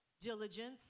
diligence